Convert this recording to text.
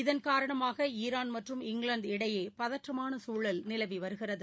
இதன் காரணமாக ஈரான் மற்றும் இங்கிலாந்து இடையே பதற்றமான சூழல் நிலவி வருகிறது